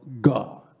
God